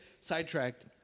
sidetracked